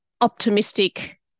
optimistic